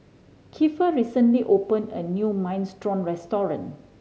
Keifer recently opened a new Minestrone Restaurant